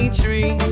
tree